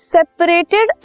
Separated